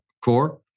core